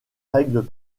règles